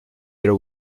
their